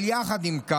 יחד עם זאת,